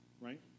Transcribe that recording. right